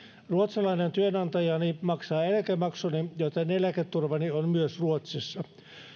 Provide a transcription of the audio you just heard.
ruotsalainen työnantajani maksaa eläkemaksuni joten eläketurvani on myös ruotsissa